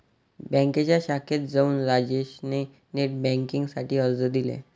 बँकेच्या शाखेत जाऊन राजेश ने नेट बेन्किंग साठी अर्ज दिले